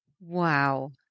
Wow